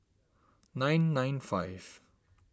nine nine five